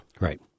Right